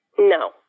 No